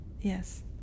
Yes